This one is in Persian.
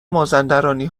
مازندرانی